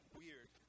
weird